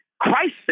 crisis